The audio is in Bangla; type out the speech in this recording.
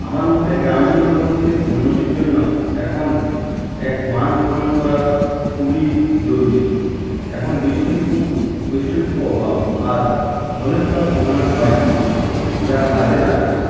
আমার মতে গ্রামীণ জনগোষ্ঠীর উন্নতির জন্য এখন এক বাঁধ খনন করা খুবই জরুরি এখন বৃষ্টি খুব বৃষ্টির খুব অভাব আর হলেও তা সময়ে হয় না যা কাজে লাগে না